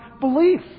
belief